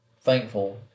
thankful